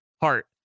heart